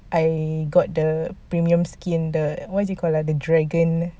I got the premium skin the what is it called ah the dragon